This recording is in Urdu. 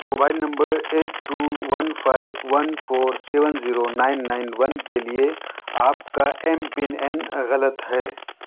mobile number eight two one five one four seven zero nine nine one کے لیے آپ کا ایم پن این غلط ہے